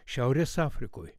šiaurės afrikoj